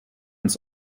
ins